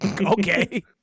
okay